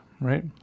right